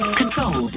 control